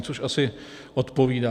Což asi odpovídá.